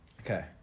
Okay